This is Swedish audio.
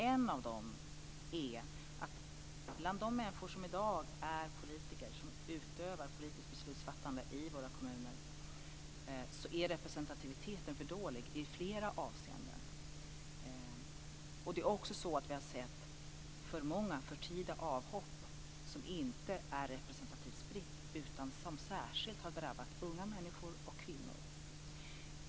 En av dessa är att bland de människor som i dag är politiker, som fattar politiska beslut i våra kommuner, är representativiteten för dålig i flera avseenden. Det är också så att vi har sett alltför många förtida avhopp. Dessa är inte heller representativt utspridda utan det är särskilt unga människor och kvinnor som drabbats.